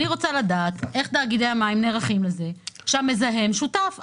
אני רוצה לדעת איך תאגידי המים נערכים לזה שהמזהם שותף.